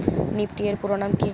Nifty এর পুরোনাম কী?